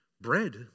bread